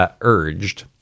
urged